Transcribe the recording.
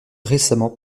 récemment